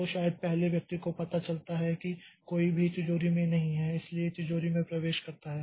तो शायद पहले व्यक्ति को पता चलता है कि कोई भी तिजोरी में नहीं है इसलिए तिजोरी में प्रवेश करता है